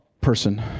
person